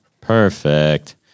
Perfect